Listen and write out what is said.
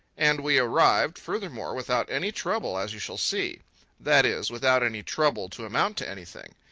and we arrived, furthermore, without any trouble, as you shall see that is, without any trouble to amount to anything.